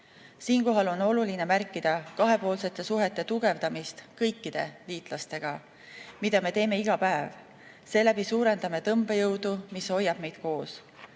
Siinkohal on oluline märkida kahepoolsete suhete tugevdamist kõikide liitlastega, mida me teeme iga päev – seeläbi suurendame tõmbejõudu, mis hoiab meid koos.